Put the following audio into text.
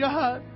God